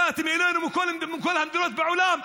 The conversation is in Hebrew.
באתם אלינו מכל המדינות בעולם.